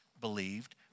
believed